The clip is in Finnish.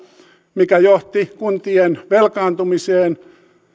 mikä johti kuntien velkaantumiseen